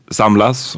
samlas